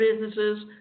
businesses